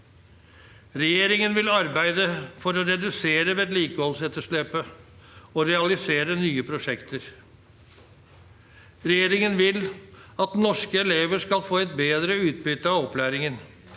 Regjeringen vil arbeide for å redusere vedlikeholdsetterslepet og realisere nye prosjekter. Regjeringen vil at norske elever skal få et bedre utbytte av opplæringen.